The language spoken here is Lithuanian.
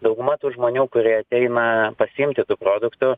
dauguma tų žmonių kurie ateina pasiimti tų produktų